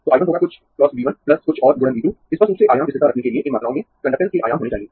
तो I 1 होगा कुछ × V 1 कुछ और गुणन V 2 स्पष्ट रूप से आयाम स्थिरता रखने के लिए इन मात्राओं में कंडक्टेन्स के आयाम होने चाहिए